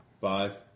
Five